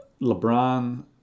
LeBron